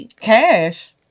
Cash